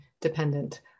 dependent